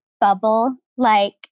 bubble-like